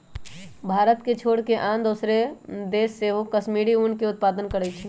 भारत के छोर कऽ आन दोसरो देश सेहो कश्मीरी ऊन के उत्पादन करइ छै